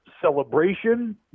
celebration